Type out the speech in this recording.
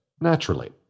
Naturally